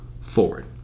forward